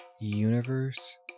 universe